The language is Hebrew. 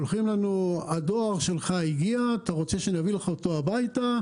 שולחים: "הדואר שלך הגיע" אתה רוצה שנביא אותו הביתה?